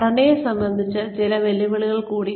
ഘടനയെ സംബന്ധിച്ച് ചില വെല്ലുവിളികൾ കൂടി